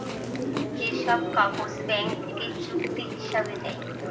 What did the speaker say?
যে সব কাগজ ব্যাঙ্ক থেকে চুক্তি হিসাবে দেয়